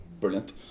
brilliant